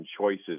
choices